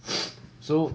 so